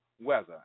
weather